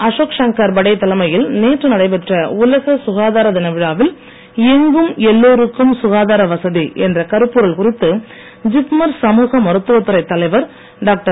அஷோக் சங்கர் படே தலைமையில் நேற்று நடைபெற்ற உலக சுகாதார தின விழாவில் எங்கும் எல்லோருக்கும் சுகாதார வசதி என்ற கருப்பொருள் குறித்து ஜிப்மர் சமூக மருத்துவத்துறைத் தலைவர் டாக்டர்